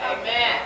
Amen